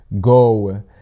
go